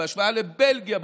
בהשוואה לבלגיה,